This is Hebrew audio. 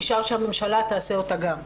נשאר שהממשלה תעשה אותה גם.